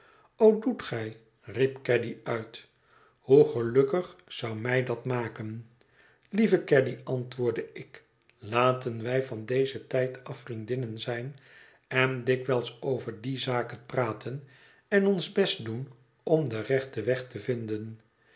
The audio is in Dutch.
doet gij riep caddy uit hoe gelukkig zou mij dat maken lieve caddy antwoordde ik laten wij van dezen tijd af vriendinnen zijn en dikwijls over die zaken praten en ons best doen om den rechten weg te vinden